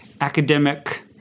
academic